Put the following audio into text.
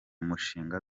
mushinga